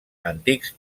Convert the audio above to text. antics